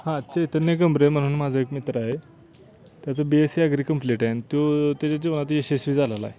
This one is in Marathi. हा चैतन्य गमरे म्हणून माझा एक मित्र आहे त्याचं बीएससी आग्री कंप्लीट आहे आणि त्यो त्याच्या जीवावर यशस्वी झालेला आहे